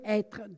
être